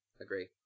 agree